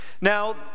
Now